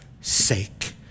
sake